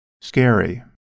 scary